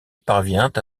parvient